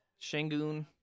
Shangoon